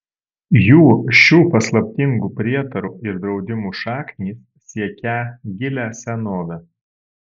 jų šių paslaptingų prietarų ir draudimų šaknys siekią gilią senovę